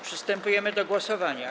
Przystępujemy do głosowania.